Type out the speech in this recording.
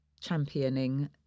championing